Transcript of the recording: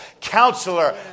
Counselor